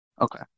Okay